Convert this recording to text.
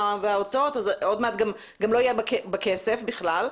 וההוצאות אז עוד מעט גם לא היה בה כסף בכלל,